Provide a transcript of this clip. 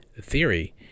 Theory